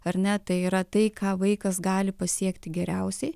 ar ne tai yra tai ką vaikas gali pasiekti geriausiai